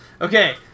Okay